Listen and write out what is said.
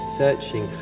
searching